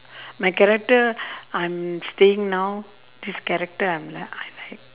my character I'm staying now this character ah I'm like